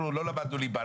אנחנו לא למדנו ליבה,